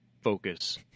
focus